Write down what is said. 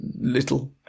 little